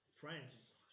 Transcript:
friends